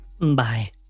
Bye